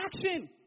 action